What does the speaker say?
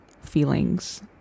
feelings